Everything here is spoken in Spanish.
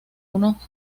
unos